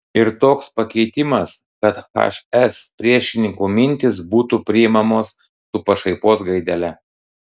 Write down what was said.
ir toks pakeitimas kad hs priešininkų mintys būtų priimamos su pašaipos gaidele